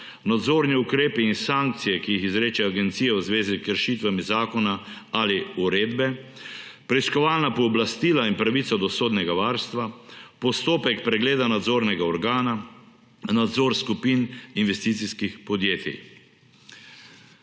nadzorni ukrepi in sankcije, ki jih izreče agencija v zvezi s kršitvami zakona ali uredbe; preiskovalna pooblastila in pravica do sodnega varstva; postopek pregleda nadzornega organa; nadzor skupin investicijskih podjetij.